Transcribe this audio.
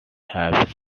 have